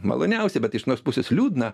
maloniausia bet iš vienos pusės liūdna